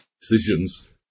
decisions